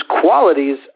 qualities